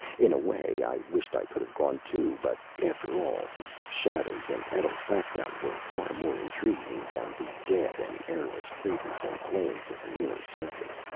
in a way, i wished i could have gone, too but, after all, the shadows in etl's background were far more intriguing than the dead and airless craters and plains of the lunar surface.